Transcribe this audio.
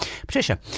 Patricia